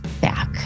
back